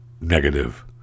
negative